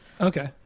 Okay